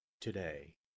today